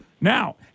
now